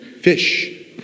fish